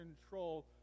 control